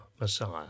Messiah